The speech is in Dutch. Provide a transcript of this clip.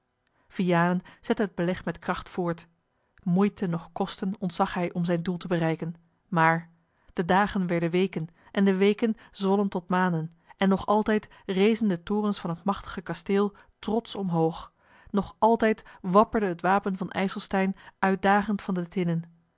vianen zette het beleg met kracht voort moeite noch kosten ontzag hij om zijn doel te bereiken maar de dagen werden weken en de weken zwollen tot maanden en nog altijd rezen de torens van het machtige kasteel trotsch omhoog nog altijd wapperde het wapen van ijselstein uitdagend van de tinnen